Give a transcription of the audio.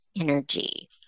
energy